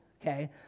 Okay